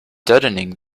deadening